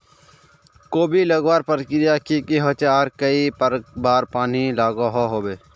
कोबी लगवार प्रक्रिया की की होचे आर कई बार पानी लागोहो होबे?